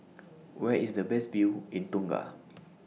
Where IS The Best View in Tonga